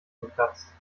geplatzt